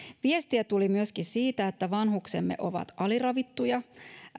viestiä tuli myöskin siitä että vanhuksemme ovat aliravittuja